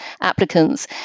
applicants